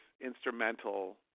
instrumental